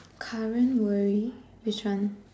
current worry which one